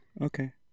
Okay